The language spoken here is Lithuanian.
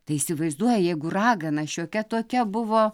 tai įsivaizduoji jeigu ragana šiokia tokia buvo